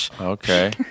Okay